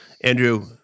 Andrew